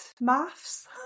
maths